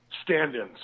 stand-ins